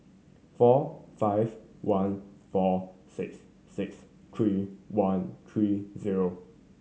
four five one four six six three one three zero